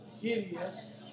hideous